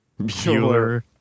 Bueller